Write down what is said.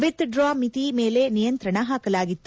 with draw ಮಿತಿ ಮೇಲೆ ನಿಯಂತ್ರಣ ಹಾಕಲಾಗಿತ್ತು